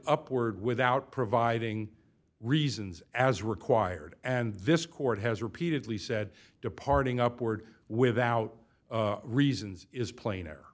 upward without providing reasons as required and this court has repeatedly said departing upward without reasons is plainer